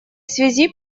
связи